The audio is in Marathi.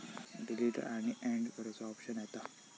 डिलीट आणि अँड करुचो ऑप्शन येता